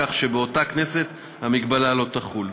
כך שבאותה כנסת המגבלה לא תחול.